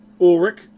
Ulrich